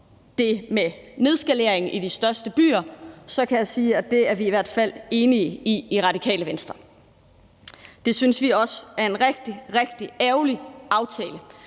det med nedskaleringen, kan jeg sige, at det er vi i hvert fald enige i i Radikale Venstre. Det synes vi også er en rigtig, rigtig ærgerlig aftale.